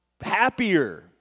happier